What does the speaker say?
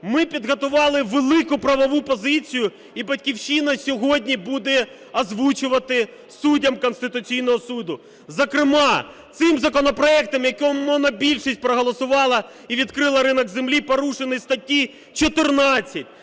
Ми підготували велику правову позицію, і "Батьківщина" сьогодні буде озвучувати суддям Конституційного Суду, зокрема цим законопроектом, якого монобільшість проголосувала і відкрила ринок землі, порушені статті 14,